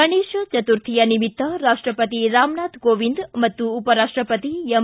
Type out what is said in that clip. ಗಣೇಶ ಚತುರ್ಥಿಯ ನಿಮಿತ್ತ ರಾಷ್ಟಪತಿ ರಾಮನಾಥ ಕೋವಿಂದ್ ಮತ್ತು ಉಪರಾಷ್ಟಪತಿ ಎಂ